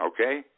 okay